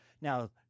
Now